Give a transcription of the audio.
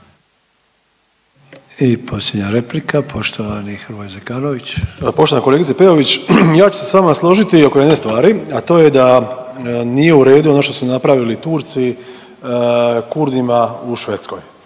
I posljednja replika, poštovani Hrvoje Zekanović. **Zekanović, Hrvoje (Nezavisni)** Poštovana kolegice Peović. Ja ću se s vama složiti oko jedne stvari, a to je da nije u redu ono što su napravili Turci Kurdima u Švedskoj.